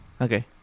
Okay